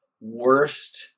worst